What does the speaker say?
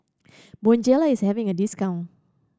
Bonjela is having a discount